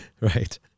Right